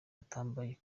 atambaye